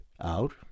out